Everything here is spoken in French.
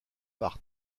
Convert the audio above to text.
par